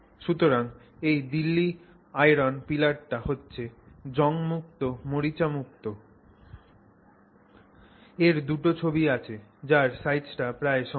সুতরাং এই দিল্লী আইরন পিলারটা হচ্ছে জং মুক্ত মরিচা মুক্ত এর দুটো ছবি আছে যার সাইজটা প্রায় সমান